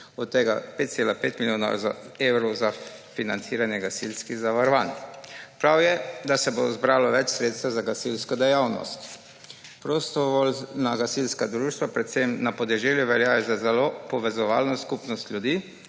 od tega 5,5 milijona evrov za financiranje gasilskih zavarovanj. Prav je, da se bo zbralo več sredstev za gasilsko dejavnost. Prostovoljna gasilska društva, predvsem na podeželju, veljajo za zelo povezovalno skupnost ljudi,